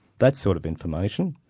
that sort of information.